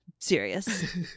serious